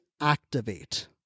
activate